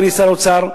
אדוני שר האוצר,